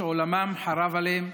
שעולמן חרב עליהן,